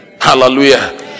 Hallelujah